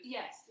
Yes